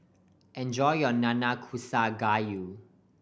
enjoy your Nanakusa Gayu